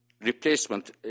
Replacement